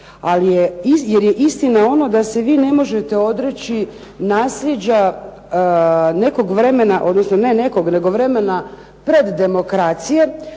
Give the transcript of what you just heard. jer je istina ono da se vi ne možete odreći nasljeđa nekog vremena, odnosno ne nekog nego vremena pred demokracije